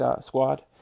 squad